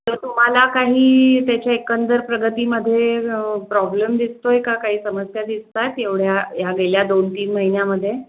तर तुम्हाला काही त्याच्या एकंदर प्रगतीमध्ये प्रॉब्लेम दिसतो आहे का काही समस्या दिसतात एवढ्या ह्या गेल्या दोन तीन महिन्यामध्ये